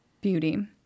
Beauty